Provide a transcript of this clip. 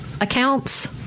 accounts